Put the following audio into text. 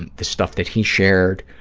and the stuff that he shared,